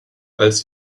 als